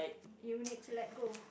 you'll need to let go